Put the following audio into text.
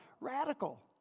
Radical